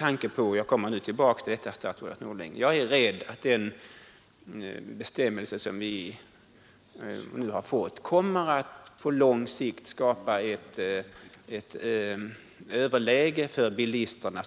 Jag kommer nämligen tillbaka till detta, att jag är rädd att den bestämmelse som vi har fått kommer att på lång sikt skapa ett överläge för bilisterna